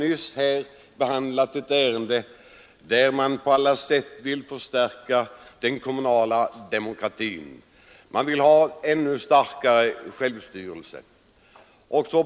Vi har nyss behandlat ett ärende där man på alla sätt ville förstärka den kommunala demokratin. Man ville ha ännu starkare skydd.